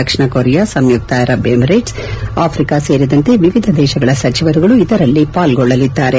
ದಕ್ಷಿಣ Korea ಸಂಯುಕ್ತ Arab Emirates Africa ಸೇರಿದಂತೆ ವಿವಿಧ ದೇಶಗಳ ಸಚಿವರುಗಳು ಇದರಲ್ಲಿ ಪಾಲ್ಗೊಳ್ಳಲಿದ್ದಾರೆ